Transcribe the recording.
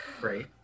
Great